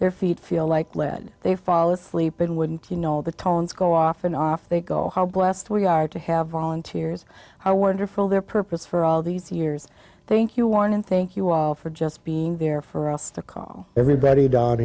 their feet feel like lead they fall asleep in wouldn't you know the tones go off and off they go how blessed we are to have volunteers how wonderful their purpose for all these years thank you warren and thank you all for just being there for us to call everybody down